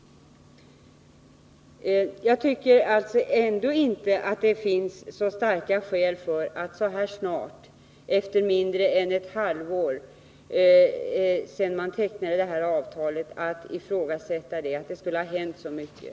Jag tycker ändå inte att det finns starka skäl för att så snart — mindre än ett halvår efter det att avtalet tecknats — ifrågasätta avtalet.